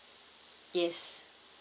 yes